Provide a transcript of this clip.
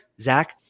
Zach